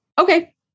okay